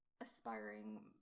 aspiring